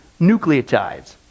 nucleotides